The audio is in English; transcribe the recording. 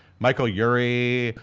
michael urie,